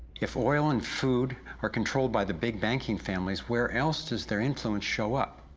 if oil and food are controlled by the big banking families where else does their influence show up?